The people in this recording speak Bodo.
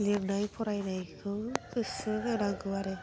लिरनाय फरायनायखौ गोसो होनांगौ आरो